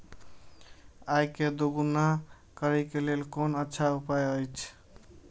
आय के दोगुणा करे के लेल कोन अच्छा उपाय अछि?